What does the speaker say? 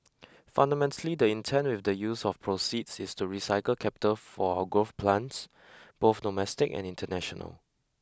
fundamentally the intent with the use of proceeds is to recycle capital for our growth plans both domestic and international